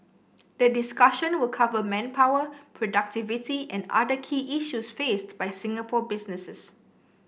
the discussion will cover manpower productivity and other key issues faced by Singapore businesses